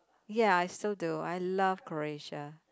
ya I still do I love Croatia